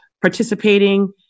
participating